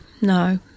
no